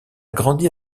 grandi